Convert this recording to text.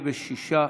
בושה.